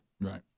Right